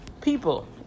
people